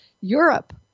Europe